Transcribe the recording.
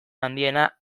handiena